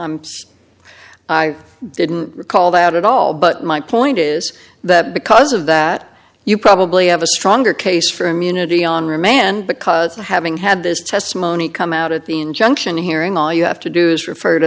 no i didn't recall that at all but my point is that because of that you probably have a stronger case for immunity on remand because the having had this testimony come out at the injunction hearing all you have to do is refer to